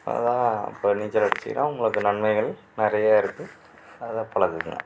அதுதான் இப்போ நீச்சல் அடிச்சுங்னா உங்களுக்கு நன்மைகள் நிறைய இருக்குது நல்லா பழகுகங்க